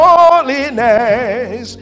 Holiness